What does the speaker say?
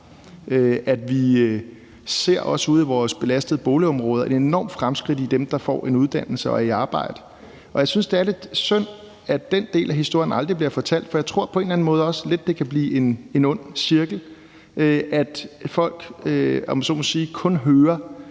at vi også ude i vores belastede boligområder ser et enormt fremskridt, i forhold til hvem der får en uddannelse og er i arbejde. Jeg synes, det er lidt synd, at den del af historien aldrig bliver fortalt, for jeg tror på en eller anden måde også lidt, at det kan blive en ond cirkel, sådan at folk kun hører